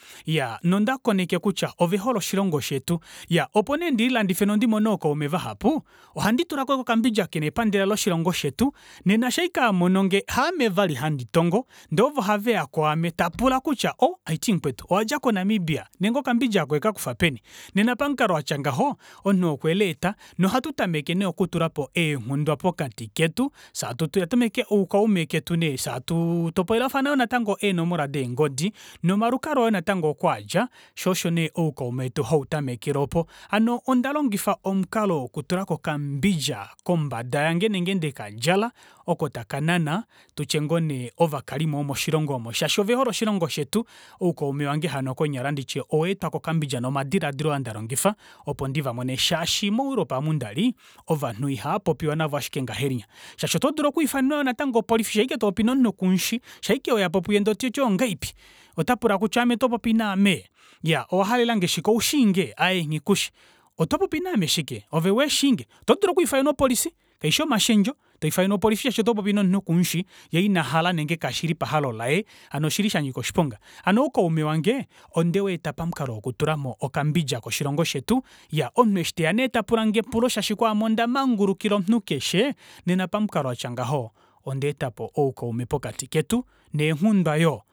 Iyaa nonda koneka kutya ovehole oshilongo shetu opo nee ndillaandife nondi mone ookaume vahapu ohandi tulako okambidja kena epandela loshilongo shetu nena shaa ashike amononge aame vali handi tongo ndee ovo haveya kwaame tapula kutya ohh haiti mukwetu owadja ko namibia nenge okambidja aako owekakufa peni nena pamukalo watya ngaho omunhu okweeleeta nohatu tameke nee okutulapo eenghundwa pokati ketu fyee hatu tameke oukaume ketu fyee hatu topolelafana yoo natango eenomola deengodi nomalukalwa yoo natango oko aadja shoo osho nee oukaume wetu hautamekele oopo hano ondalongifa omukalo wokutulako okambidja kombada yange nenge ndekadjala oko taka nane tutye ngoo nee ovakalimo vomoshilongo osho shaashi ovehole oshilongo shetu oukaume wange hano konyala onditi kutya oweetwa ko kambindja nomadilaadilo aa ndalongifa opo ndivamone shaashi mo europe omo ndali ovanhu ihava poiwa navo ashike ngahenya shaashi oto dulu okwiifanenwa yoo natango opolifi shaashike topopi nomunhu kuhemushi shaashike weyapo puye ndee toti ongahelipi otapula tati aame topopi naame owahalelange shike oushiinge aaye nghikushi otopopi naame shike ove weeshinge otodulu okwiifanenwa opolifi kashifi omashendjo twiifanenwa opolifi shaashi otopopi nomunhu uhemushi yee inahala nenge kashili pahalo laye hano oshli shanyika oshiponga hano oukaume wange ondeweeta pamukalo wokutulamo okambidja koshilongo shetu iya omunhu eshi teya nee tapulange epulo shaashi kwaame ondamangulukila omunhu keshe nena pamukalo watya ngaho onda etapo oukaume pokati ketu neenghudwa yoo